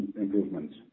improvements